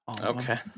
Okay